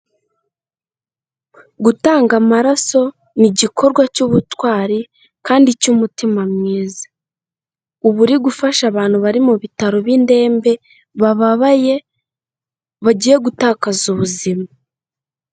Gutanga amaraso ni igikorwa cy'ubutwari kandi cy'umutima mwiza, uba uri gufasha abantu bari mu bitaro b'indembe bababaye bagiye gutakaza ubuzima.